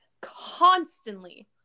constantly